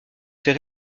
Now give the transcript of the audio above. ses